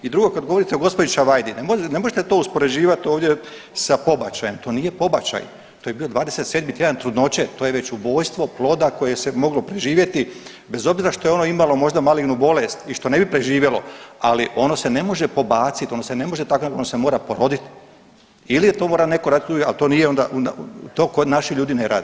I drugo kad govorite o gospođi Čavajdi, ne možete to uspoređivat ovdje sa pobačajem, to nije pobačaj, to je bio 27 tjedan trudnoće to je već ubojstvo ploda koje se moglo preživjeti bez obzira što je ono imalo možda malignu bolest i što ne bi preživjelo, ali ono se ne može pobaciti, ono se ne može tada, on se mora porodit ili joj to mora neko radit … ali to nije onda, onda, to naši ljudi ne rade